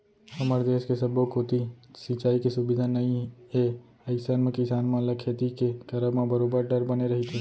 हमर देस के सब्बो कोती सिंचाई के सुबिधा नइ ए अइसन म किसान मन ल खेती के करब म बरोबर डर बने रहिथे